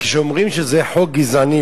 כשאומרים שזה חוק גזעני,